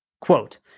Quote